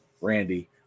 Randy